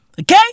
Okay